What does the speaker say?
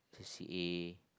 C A